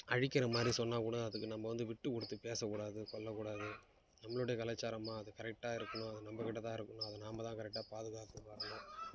அழிக்கிற மாதிரி சொன்னால் கூட அதுக்கு நம்ம வந்து விட்டுக் கொடுத்து பேசக்கூடாது கொள்ளக்கூடாது நம்மளுடைய கலாச்சாரமா அது கரெக்டாக இருக்கணும் அது நம்மகிட்ட தான் இருக்கணும் அது நாம் தான் கரெக்டாக பாதுகாத்துட்டு வரணும்